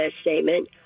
statement